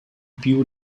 più